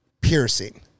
piercing